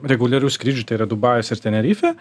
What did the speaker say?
reguliarių skrydžių tai yra dubajus ir tenerifė